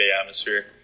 atmosphere